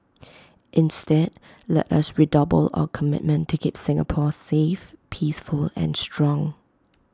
instead let us redouble our commitment keep Singapore safe peaceful and strong